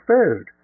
Food